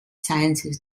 sciences